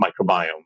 microbiome